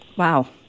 Wow